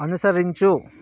అనుసరించు